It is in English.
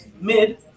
mid